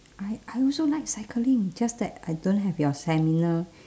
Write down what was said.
I I also like cycling just that I don't have your stamina